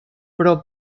però